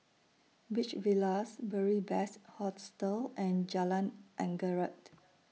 Beach Villas Beary Best Hostel and Jalan Anggerek